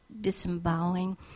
disemboweling